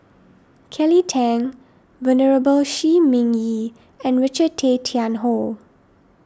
Kelly Tang Venerable Shi Ming Yi and Richard Tay Tian Hoe